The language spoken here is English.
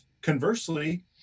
conversely